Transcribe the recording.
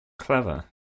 clever